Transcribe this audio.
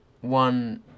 one